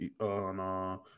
on